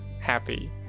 happy